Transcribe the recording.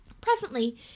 presently